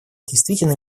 действительно